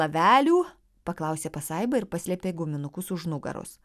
avelių paklausė pasaiba ir paslėpė guminukus už nugaros